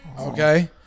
Okay